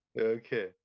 Okay